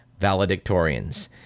valedictorians